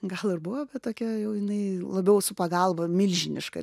gal ir buvo tokia jau jinai labiau su pagalba milžiniška